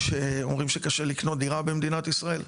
כשאומרים שקשה לקנות דירה במדינת ישראל,